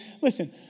Listen